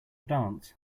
dance